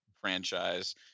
franchise